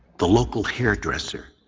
the local hairdresser.